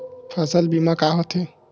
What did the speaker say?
फसल बीमा का होथे?